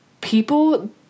people